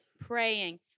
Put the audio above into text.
praying